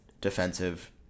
defensive